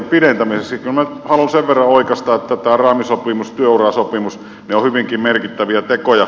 kyllä minä nyt haluan sen verran oikaista että tämä raamisopimus työurasopimus ovat hyvinkin merkittäviä tekoja